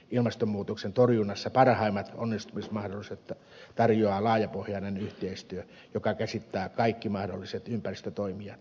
ilmastonmuutoksen torjunnassa parhaimmat onnistumismahdollisuudet tarjoaa laajapohjainen yhteistyö joka käsittää kaikki mahdolliset ympäristötoimijat